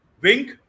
Wink